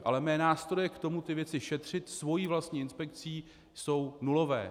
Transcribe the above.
Ale mé nástroje k tomu ty věci šetřit svou vlastní inspekcí jsou nulové.